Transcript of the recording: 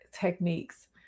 techniques